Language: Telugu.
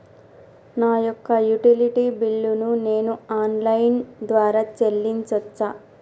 నా యొక్క యుటిలిటీ బిల్లు ను నేను ఆన్ లైన్ ద్వారా చెల్లించొచ్చా?